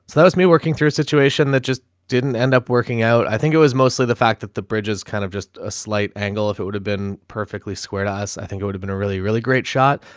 so was me working through a situation that just didn't end up working out. i think it was mostly the fact that the bridge is kind of just ah slight angle. if it would have been perfectly squared eyes. i think it would've been a really, really great shot.